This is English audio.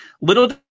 Little